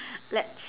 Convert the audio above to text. let's